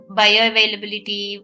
bioavailability